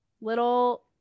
little